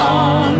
on